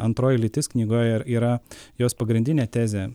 antroji lytis knygoje yra jos pagrindinė tezė